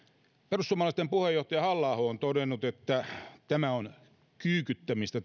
perussuomalaisten puheenjohtaja halla aho on todennut että tämä keskustelu on kyykyttämistä